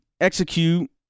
execute